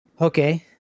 Okay